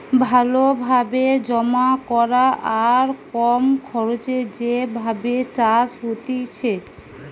ভালো ভাবে জমা করা আর কম খরচে যে ভাবে চাষ হতিছে